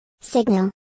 Signal